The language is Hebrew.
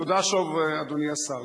תודה שוב, אדוני השר.